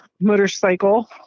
motorcycle